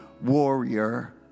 warrior